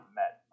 met